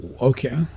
okay